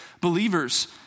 believers